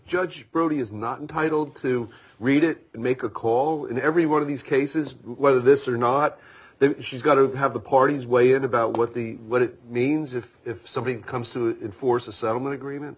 judge brody is not entitled to read it and make a call in every one of these cases whether this or not but then she's got to have the parties weigh in about what the what it means if if something comes to enforce a settlement agreement